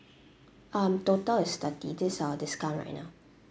um total is thirty this is our discount right now